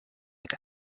make